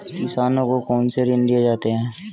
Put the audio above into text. किसानों को कौन से ऋण दिए जाते हैं?